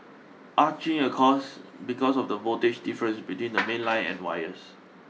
arcing occurs because of the voltage difference between the mainline and wires